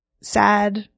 sad